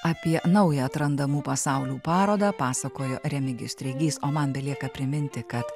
apie naują atrandamų pasaulių parodą pasakojo remigijus treigys o man belieka priminti kad